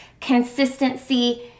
Consistency